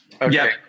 Okay